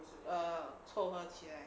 err 凑合起来